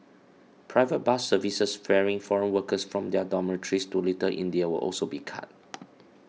private bus services ferrying foreign workers from their dormitories to Little India will also be cut